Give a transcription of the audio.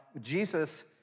Jesus